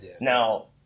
now